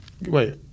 wait